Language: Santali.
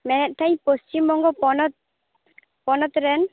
ᱢᱮᱱᱮᱫ ᱛᱟᱦᱮᱱᱟᱹᱧ ᱯᱚᱪᱷᱤᱢ ᱵᱚᱝᱜᱚ ᱯᱚᱱᱚᱛ ᱯᱚᱱᱚᱛ ᱨᱮᱱ